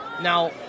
Now